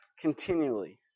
continually